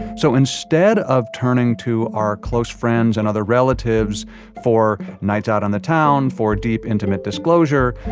so instead of turning to our close friends and other relatives for nights out on the town, for deep, intimate disclosure,